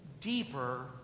deeper